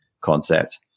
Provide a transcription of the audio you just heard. concept